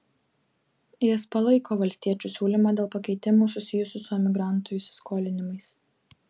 jis palaiko valstiečių siūlymą dėl pakeitimų susijusių su emigrantų įsiskolinimais